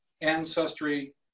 ancestry